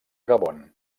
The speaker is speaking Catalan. gabon